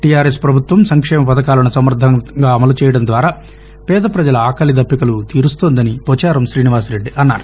TRS ప్రభుత్వం సంక్షేమ పథకాలను సమర్లవంతంగా అమలు చేయడం ద్వారా పేద పజల ఆకలి దప్పికలను తీరుస్గోందని పోచారం శ్రీనివాసరెడ్డి అన్నారు